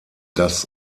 dass